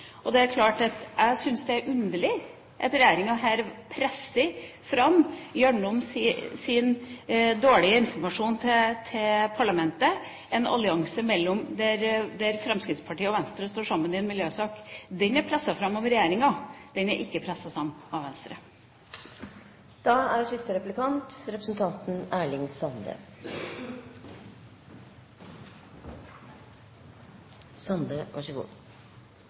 miljøsaker. Det er klart jeg syns det er underlig at regjeringa her presser fram, gjennom sin dårlige informasjon til parlamentet, en allianse der Fremskrittspartiet og Venstre står sammen i en miljøsak. Det er presset fram av regjeringa – det er ikke presset fram av Venstre! Det er